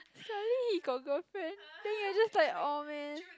suddenly he got girlfriend then you are just like orh man